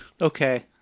Okay